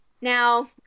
Now